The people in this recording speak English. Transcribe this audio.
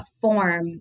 form